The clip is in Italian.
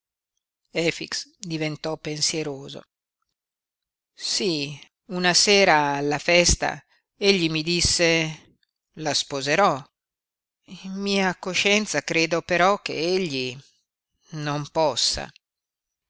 padrone efix diventò pensieroso sí una sera alla festa egli mi disse la sposerò in mia coscienza credo però che egli non possa